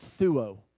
thuo